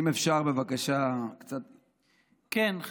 אם אפשר בבקשה קצת, כן.